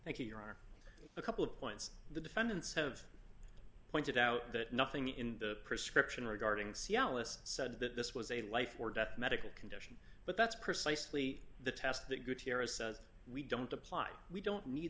thank you your honor a couple of points the defendants have pointed out that nothing in the prescription regarding cialis said that this was a life or death medical condition but that's precisely the test that gutierrez says we don't apply we don't need